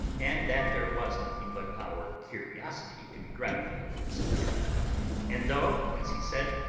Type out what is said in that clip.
and that there was nothing but our curiosity to be gratified in this attempt and though, as he said,